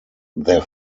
their